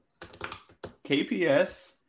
KPS